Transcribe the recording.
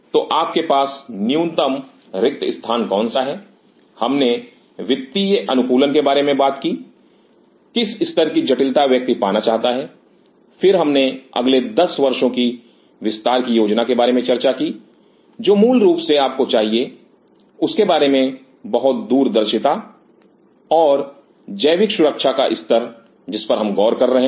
तो आपके पास न्यूनतम रिक्त स्थान कौन सा है हमने वित्तीय अनुकूल के बारे में बात की किस स्तर की जटिलता व्यक्ति पाना चाहता है फिर हमने अगले 10 वर्षों के विस्तार की योजना के बारे में चर्चा की जो मूल रूप से आपको चाहिए उसके बारे में बहुत दूरदर्शिता और जैविक सुरक्षा का स्तर जिस पर हम गौर कर रहे हैं